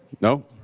No